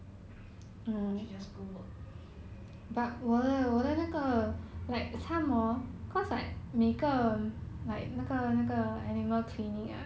if got chance maybe the com~ she hope that the company will send her to study but now she just find work she just go work